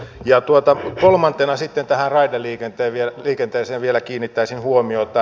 ja kolmantena sitten tähän raideliikenteeseen vielä kiinnittäisin huomiota